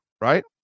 right